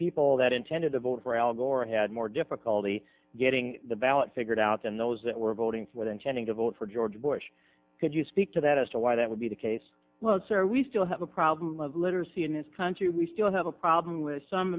people that intended to vote for al gore had more difficulty getting the ballot figured out than those that were voting for them tending to vote for george bush could you speak to that as to why that would be the case well sir we still have a problem of literacy in this country we still have a problem with some